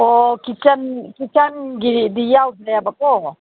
ꯑꯣ ꯀꯤꯆꯟ ꯀꯤꯆꯟꯒꯤꯗꯤ ꯌꯥꯎꯗ꯭ꯔꯦꯕꯀꯣ